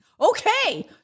Okay